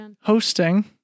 hosting